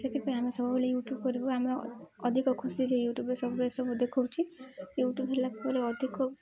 ସେଥିପାଇଁ ଆମେ ସବୁବେଳେ ୟୁଟ୍ୟୁବ୍ କରିବୁ ଆମେ ଅଧିକ ଖୁସି ସେ ୟୁଟ୍ୟୁବ୍ରେ ସବୁ ସବୁ ଦେଦେଖାଉଛି ୟୁଟ୍ୟୁବ୍ ହେଲା ପରେ ଅଧିକ